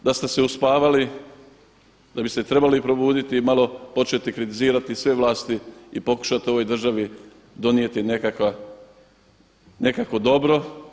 Mislim da ste se uspavali, da bi se trebali probuditi i malo početi kritizirati sve vlasti i pokušati ovoj državi donijeti nekakvo dobro.